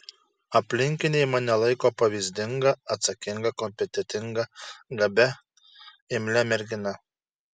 aplinkiniai mane laiko pavyzdinga atsakinga kompetentinga gabia imlia mergina